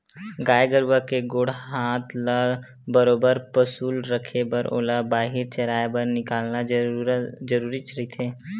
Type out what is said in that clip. गाय गरुवा के गोड़ हात ल बरोबर पसुल रखे बर ओला बाहिर चराए बर निकालना जरुरीच रहिथे